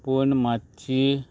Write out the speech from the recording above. पूण मातशी